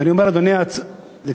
ואני אומר, אדוני, לצערי,